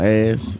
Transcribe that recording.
ass